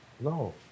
no